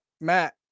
Matt